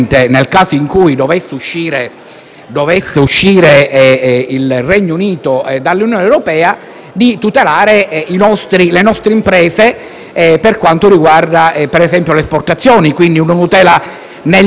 dovesse uscire dall'Unione europea, di tutelare le nostre imprese per quanto riguarda, per esempio, le esportazioni. Quindi, una tutela negli accordi bilaterali.